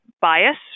bias